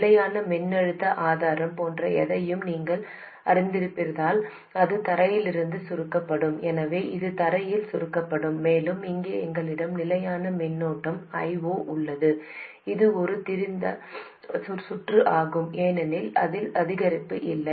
நிலையான மின்னழுத்த ஆதாரம் போன்ற எதையும் நீங்கள் அறிந்திருப்பதால் அது தரையிலிருந்து சுருக்கப்படும் எனவே இது தரையில் சுருக்கப்படும் மேலும் இங்கே எங்களிடம் நிலையான மின்னோட்டம் I0 உள்ளது இது ஒரு திறந்த சுற்று ஆகும் ஏனெனில் அதில் அதிகரிப்பு இல்லை